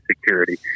security